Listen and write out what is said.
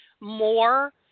more